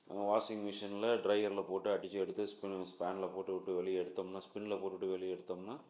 உங்கள் வாஷிங் மிஷினில் ட்ரையரில் போட்டு அடித்து எடுத்து ஸ்பின் ஸ்பான்ல போட்டுவிட்டு வெளியே எடுத்தோம்னா ஸ்பின்னில் போட்டுவிட்டு வெளியே எடுத்தோம்னா